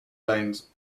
lanes